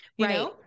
right